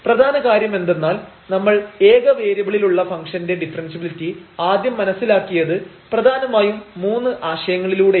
പ്രധാന കാര്യമെന്തെന്നാൽ നമ്മൾ ഏക വേരിയബിളിലുള്ള ഫംഗ്ഷൻറെ ഡിഫറെൻഷ്യബിലിറ്റി ആദ്യം മനസ്സിലാക്കിയത് പ്രധാനമായും മൂന്ന് ആശയങ്ങളിലൂടെയാണ്